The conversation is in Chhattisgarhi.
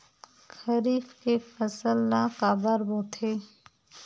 खरीफ के फसल ला काबर बोथे?